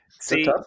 See